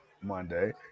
Monday